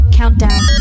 countdown